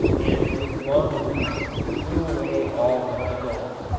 and with long reeds blew away all but the gold.